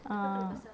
ah